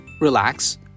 relax